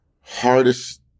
hardest